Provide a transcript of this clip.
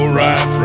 right